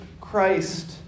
Christ